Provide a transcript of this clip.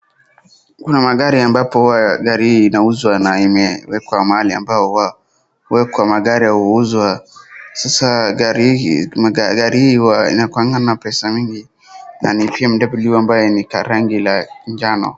Kuna magari ambapo gari inauzwa na imewekwa mahali ambapo magari huuzwa, sasa gari hii inakuanga na pesa mingi na ni BMW ambayo ni karangi ya njano.